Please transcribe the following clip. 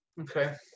Okay